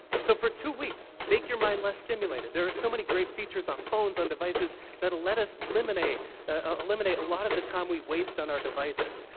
so, for two weeks, make your mind less stimulated. there are so many great features on phones, on devices that'll let us eliminate ah eliminate a lot of the time we waste on our devices.